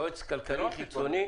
יועץ כלכלי חיצוני,